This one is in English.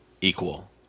equal